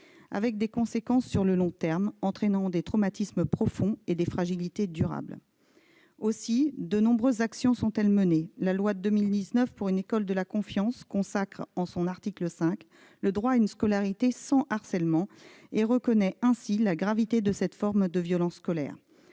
avec des conséquences sur le long terme, entraînant des traumatismes profonds et des fragilités durables. Aussi de nombreuses actions sont-elles menées. La loi du 26 juillet 2019 pour une école de la confiance consacre, en son article 5, le droit à une scolarité sans harcèlement, reconnaissant ainsi la gravité de cette forme de violence scolaire.